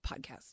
podcast